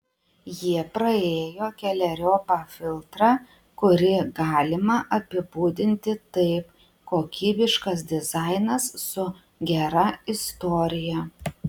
jie praėjo keleriopą filtrą kurį galima apibūdinti taip kokybiškas dizainas su gera istorija